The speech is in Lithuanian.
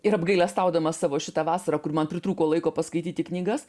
ir apgailestaudama savo šitą vasarą kur man pritrūko laiko paskaityti knygas